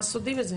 מה סודי בזה?